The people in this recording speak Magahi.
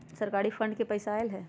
सरकारी फंड से पईसा आयल ह?